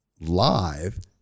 live